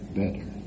better